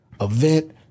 event